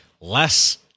less